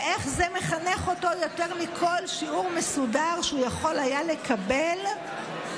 ואיך זה מחנך אותו יותר מכל שיעור מסודר שהוא היה יכול לקבל במכינה.